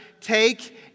Take